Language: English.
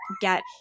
get